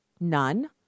None